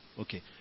Okay